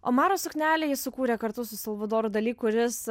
omaro suknelę jis sukūrė kartu su salvadoru dali kuris